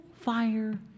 fire